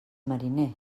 mariner